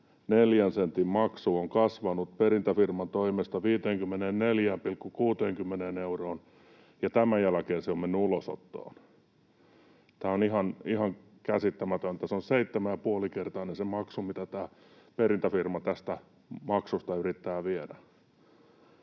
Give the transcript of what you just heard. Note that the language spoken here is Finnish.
euron maksu on kasvanut perintäfirman toimesta 54,60 euroon, ja tämän jälkeen se on mennyt ulosottoon. Tämä on ihan käsittämätöntä. Se on 7,5-kertainen, se maksu, mitä tämä perintäfirma tästä maksusta yrittää viedä.